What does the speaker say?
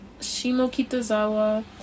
Shimokitazawa